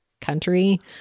country